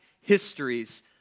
histories